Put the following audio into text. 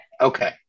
okay